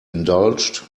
indulged